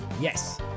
Yes